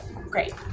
great